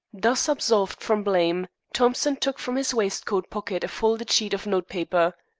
thus absolved from blame, thompson took from his waistcoat pocket a folded sheet of notepaper.